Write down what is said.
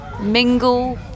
mingle